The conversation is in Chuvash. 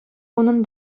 унӑн